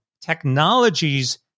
technologies